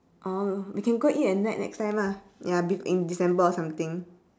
we can go eat at next time ya with in december or something